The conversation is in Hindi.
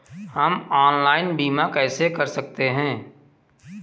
हम ऑनलाइन बीमा कैसे कर सकते हैं?